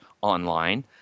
online